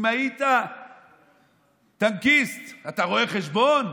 אם היית טנקיסט, אתה רואה חשבון?